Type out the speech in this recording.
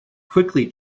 quickly